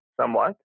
somewhat